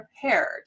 prepared